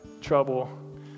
trouble